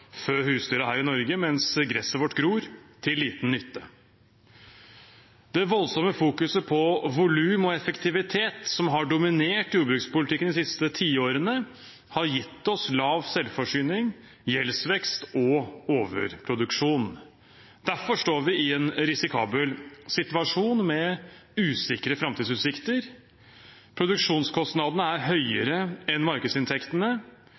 fø husdyrene her i Norge – mens gresset vårt gror, til liten nytte. Voldsom fokusering på volum og effektivitet, som har dominert jordbrukspolitikken de siste tiårene, har gitt oss lav selvforsyning, gjeldsvekst og overproduksjon. Derfor står vi i en risikabel situasjon med usikre framtidsutsikter. Produksjonskostnadene er høyere enn markedsinntektene,